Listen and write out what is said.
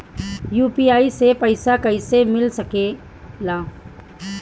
UPI से पइसा कईसे मिल सके ला?